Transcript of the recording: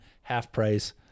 half-price